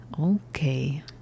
Okay